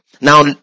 Now